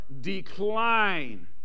decline